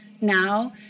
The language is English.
now